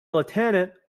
lieutenant